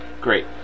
great